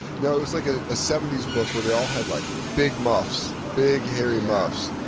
no, it was like a seventy s book where they all had like big muffs, big hairy muffs.